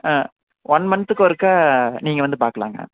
one மந்த்துக்கு ஒருக்கா நீங்கள் வந்து பார்க்கலாங்க